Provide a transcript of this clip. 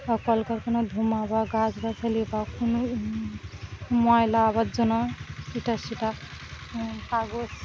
বা কলকারখানা ধোঁয়া বা গাছ গাছালি বা কোনো ময়লা আবার জন্য এটা সেটা কাগজ